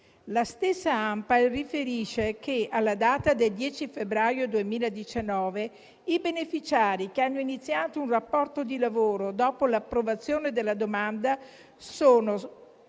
La stessa ANPAL riferisce che, alla data del 10 febbraio 2019, i beneficiari che hanno iniziato un rapporto di lavoro dopo l'approvazione della domanda sono